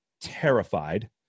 terrified